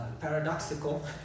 paradoxical